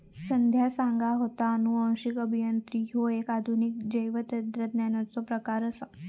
संध्या सांगा होता, अनुवांशिक अभियांत्रिकी ह्यो एक आधुनिक जैवतंत्रज्ञानाचो प्रकार आसा